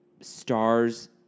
stars